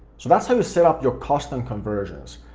so that's how you set up your custom conversions,